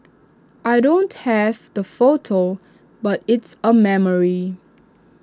I don't have the photo but it's A memory